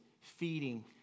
feeding